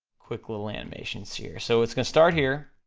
quick little animations here, so it's gonna start here,